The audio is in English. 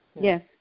Yes